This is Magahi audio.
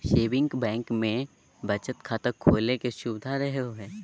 सेविंग बैंक मे बचत खाता खोले के सुविधा रहो हय